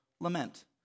lament